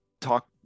talk